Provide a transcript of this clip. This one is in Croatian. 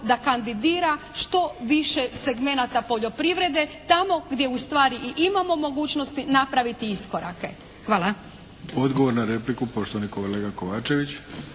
a kandidira što više segmenata poljoprivrede tamo gdje ustvari i imamo mogućnosti napraviti iskorake. Hvala. **Bebić, Luka (HDZ)** Odgovor na repliku, poštovani kolega Kovačević.